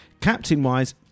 Captain-wise